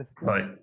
Right